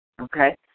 Okay